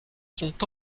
sont